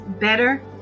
better